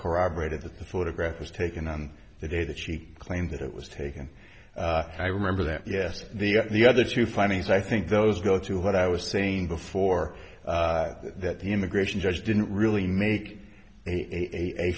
corroborated that the photograph was taken on the day that she claimed that it was taken i remember that yes the the other two findings i think those go to what i was saying before that the immigration judge didn't really make a